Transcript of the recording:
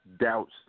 doubts